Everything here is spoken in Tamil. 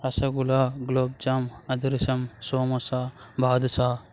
ரசகுல்லா குலோப் ஜாம் அதிரசம் சோமோசா பாதுஷா